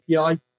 API